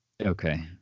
Okay